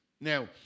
Now